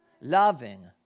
Loving